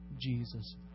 Jesus